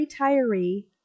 retiree